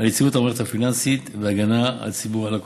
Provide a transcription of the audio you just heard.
על יציבות המערכת הפיננסית והגנה על ציבור הלקוחות.